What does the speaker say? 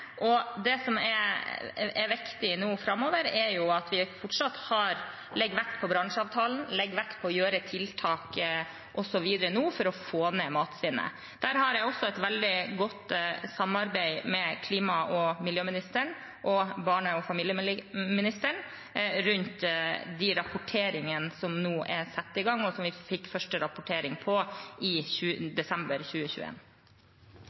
Det som er viktig nå framover, er at vi fortsatt legger vekt på bransjeavtalen, legger vekt på å gjøre tiltak videre nå for å få ned matsvinnet. Der har jeg et veldig godt samarbeid med klima- og miljøministeren og barne- og familieministeren rundt de rapporteringene som nå er satt i gang, og hvor vi fikk første rapportering i desember 2021. La meg først starte med å gratulere statsråden med seieren i